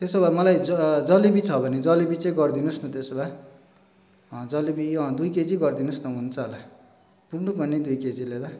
त्यसो भए मलाई ज जलेबी छ भने जलेबी चाहिँ गरिदिनु होस् न त्यसो भए जलेबी दुई केजी गरिदिनु होस् न हुन्छ होला पुग्नु पर्ने दुई केजीले त